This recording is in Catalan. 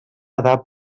edat